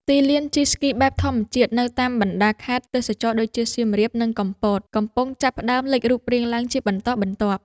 ទីលានជិះស្គីបែបធម្មជាតិនៅតាមបណ្ដាខេត្តទេសចរណ៍ដូចជា សៀមរាប និងកំពត កំពុងចាប់ផ្ដើមលេចរូបរាងឡើងជាបន្តបន្ទាប់។